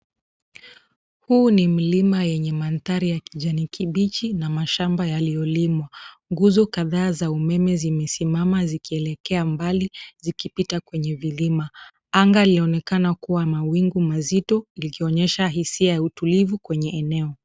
Huu ni mlima yenye mandhari ya kijani kibichi, na mashamba yaliyolimwa. Nguzo kadhaa za umeme zimesimama, zikiekelea mbali, zikipita kwenye vilima. Anga linaonekana kuwa ya mawingu mazito likionyesha hisia ya utulivu, kwenye eneo.